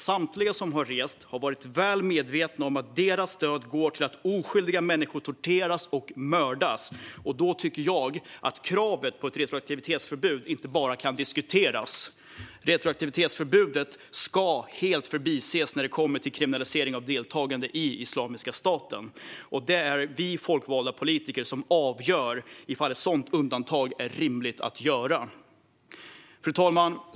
Samtliga som har rest har alltså varit väl medvetna om att deras stöd går till att oskyldiga människor torteras och mördas. Då tycker jag att kravet på ett retroaktivitetsförbud inte bara kan diskuteras, utan retroaktivitetsförbudet ska helt förbises när det kommer till kriminalisering av deltagande i Islamiska staten. Det är vi folkvalda politiker som avgör om ett sådant undantag är rimligt att göra. Fru talman!